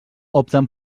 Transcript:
opten